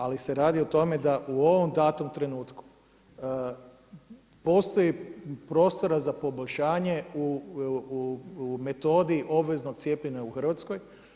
Ali se radi o tome da u ovom datom trenutku postoji prostora za poboljšanje u metodi obveznog cijepljenja u Hrvatskoj.